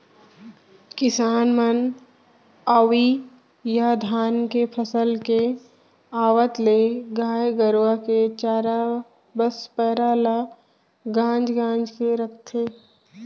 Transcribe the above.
किसान मन अवइ या धान के फसल के आवत ले गाय गरूवा के चारा बस पैरा ल गांज गांज के रखथें